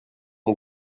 mon